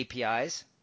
APIs